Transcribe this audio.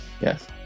Yes